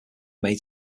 made